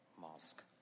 Mosque